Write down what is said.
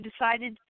decided